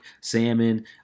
salmon